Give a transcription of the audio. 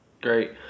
great